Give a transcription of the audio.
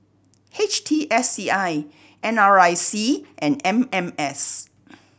H T S C I N R I C and M M S